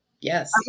Yes